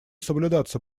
соблюдаться